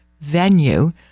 venue